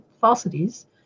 falsities